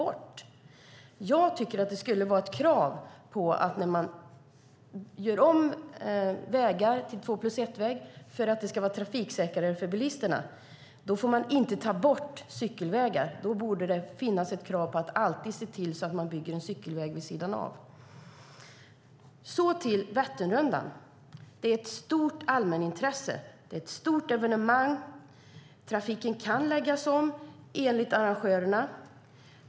Jag tycker att det skulle vara ett krav att man, när man gör om vägar till två-plus-ett-vägar för att det ska vara trafiksäkrare för bilisterna, inte får ta bort cykelvägar. Det borde finnas krav på att det alltid ska byggas en cykelväg vid sidan. Vätternrundan är ett stort evenemang. Trafiken kan läggas om, enligt arrangörerna.